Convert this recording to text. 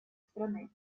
страны